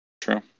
True